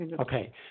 Okay